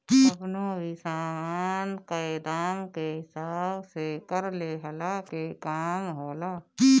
कवनो भी सामान कअ दाम के हिसाब से कर लेहला के काम होला